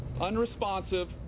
unresponsive